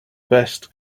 best